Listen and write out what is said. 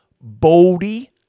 Baldy